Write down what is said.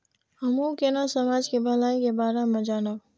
हमू केना समाज के भलाई के बारे में जानब?